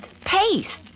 paste